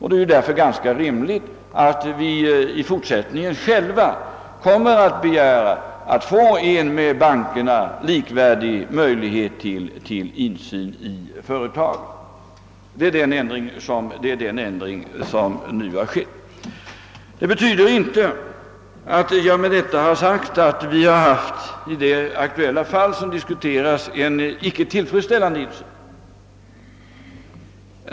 Det är därför ganska rimligt att vi i fortsättningen själva begär att få en med bankerna likvärdig möjlighet till insyn i företag. Det är den ändring som nu har vidtagits. Detta betyder inte att vi i det aktuella fall som diskuteras har haft en icke tillfredsställande insyn.